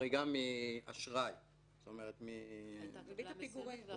חריגה מאשראי --- ריבית הפיגורים.